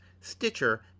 Stitcher